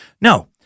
No